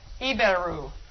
Iberu